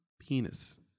penis